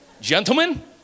gentlemen